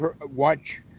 watch